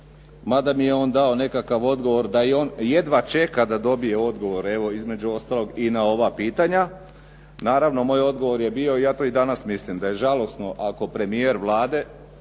mada mi je on dao nekakav odgovor da i on jedva čeka da dobije odgovor evo između ostalog i na ova pitanja. Naravno moj odgovor je bio, ja to i danas mislim da je žalosno neovisno o